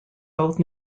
both